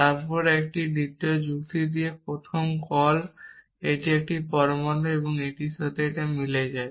তারপর একটি দ্বিতীয় যুক্তি দিয়ে তারপর প্রথম কল এটি একটি পরমাণু এবং এটি এর সাথে মিলে যায়